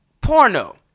Porno